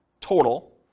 total